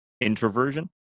introversion